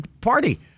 party